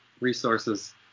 resources